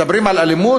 מדברים על אלימות,